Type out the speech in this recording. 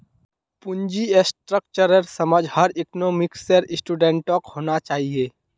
पूंजी स्ट्रक्चरेर समझ हर इकोनॉमिक्सेर स्टूडेंटक होना चाहिए